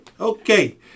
Okay